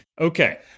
Okay